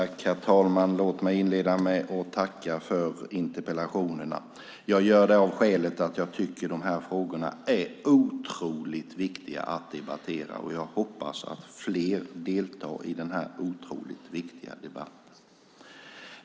Herr talman! Låt mig inleda med att tacka för interpellationerna. Jag gör det av skälet att jag tycker att de här frågorna är otroligt viktiga att debattera, och jag hoppas att fler deltar i den här viktiga debatten.